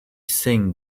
sing